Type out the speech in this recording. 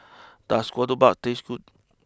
does Ketupat taste good